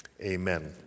Amen